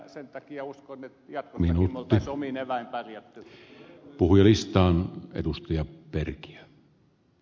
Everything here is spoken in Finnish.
sen takia uskon että jatkossakin me olisimme omin eväin pärjänneet